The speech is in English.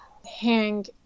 hang